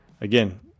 Again